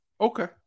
Okay